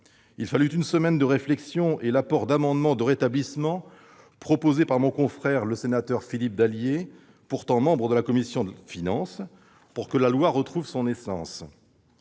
Il a fallu une semaine de réflexion et le dépôt d'amendements de rétablissement, proposés par notre collègue Philippe Dallier, pourtant membre de la commission des finances, pour que la loi retrouve son essence.